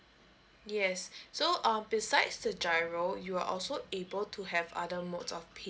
yes so um besides the giro you are also able to have other modes of pay